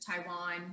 Taiwan